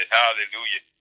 hallelujah